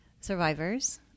survivors